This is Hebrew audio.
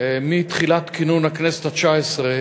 מתחילת כינון הכנסת התשע-עשרה